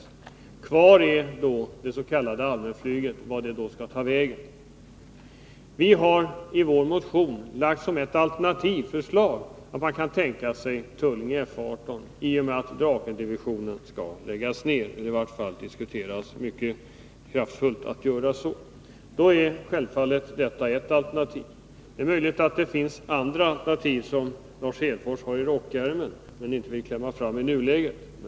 Då kvarstår frågan om allmänflyget och vart detta skall ta vägen. I vår motion presenterar vi ett alternativt förslag om utflyttning till Tullinge/F 18 i och med avvecklingen av Drakendivisionen. I varje fall pågår juintensiva diskussioner om att man skall göra det. Då är självfallet detta ett alternativ. Det är möjligt att det finns andra alternativ som Lars Hedfors har i rockärmen men inte vill klämma fram med i nuläget.